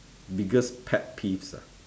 biggest pet peeves lah